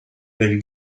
del